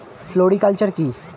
Floriculture কি?